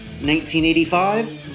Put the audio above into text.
1985